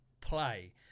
play